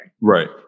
Right